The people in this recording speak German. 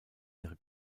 ihre